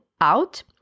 out